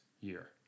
year